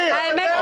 האמת כואבת.